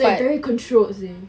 it's like very controlled seh